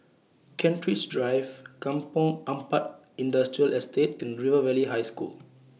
Kent Ridge Drive Kampong Ampat Industrial Estate and River Valley High School